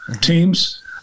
teams